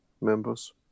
members